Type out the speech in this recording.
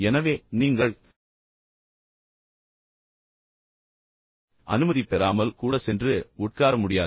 எனவே நீங்கள் அனுமதி பெறாமல் கூட சென்று உட்கார முடியாது